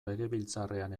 legebiltzarrean